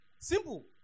Simple